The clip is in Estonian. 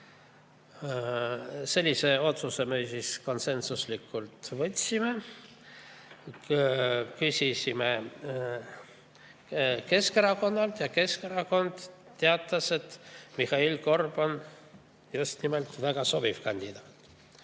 Sellise otsuse me konsensuslikult vastu võtsime. Küsisime Keskerakonnalt ja Keskerakond teatas, et Mihhail Korb on just nimelt väga sobiv kandidaat.